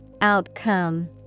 Outcome